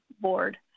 board